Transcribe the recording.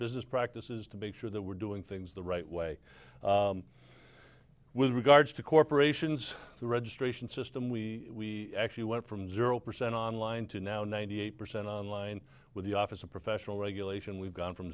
business practices to make sure that we're doing things the right way with regards to corporations the registration system we actually went from zero percent online to now ninety eight percent on line with the office of professional regulation we've gone from